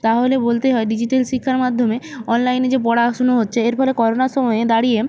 তাহলে বলতেই হয় ডিজিটাল শিক্ষার মাধ্যমে অনলাইনে যে পড়াশোনা হচ্ছে এর ফলে করোনার সময়ে দাঁড়িয়ে